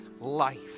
life